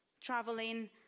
traveling